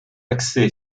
axée